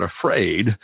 afraid